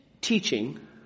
teaching